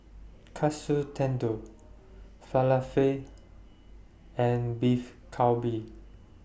Katsu Tendon Falafel and Beef Galbi